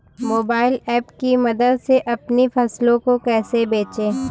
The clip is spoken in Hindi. मोबाइल ऐप की मदद से अपनी फसलों को कैसे बेचें?